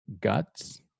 guts